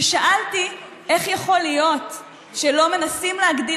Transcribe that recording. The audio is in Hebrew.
שאלתי איך יכול להיות שלא מנסים להגדיל